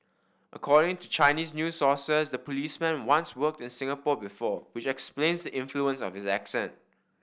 according to Chinese news sources the policeman once worked in Singapore before which explains the influence of his accent